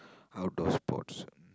outdoor sports